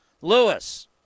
Lewis